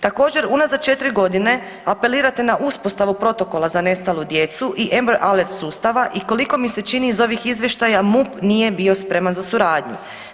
Također unazad četiri godine apelirate na uspostavu protokola za nestalu djecu i Ember aler sustava i koliko mi se čini iz ovih izvještaja MUP nije bio spreman za suradnju.